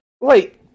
Wait